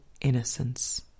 innocence